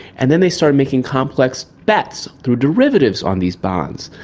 and then they started making complex bets through derivatives on these bonds.